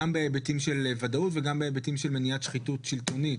גם בהיבטים של ודאות וגם בהיבטים של מניעת שחיתות שלטונית.